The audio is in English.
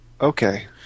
Okay